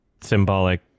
symbolic